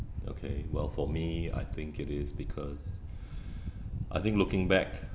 okay well for me I think it is because I think looking back